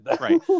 right